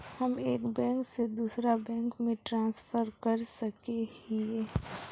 हम एक बैंक से दूसरा बैंक में ट्रांसफर कर सके हिये?